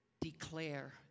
declare